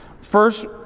First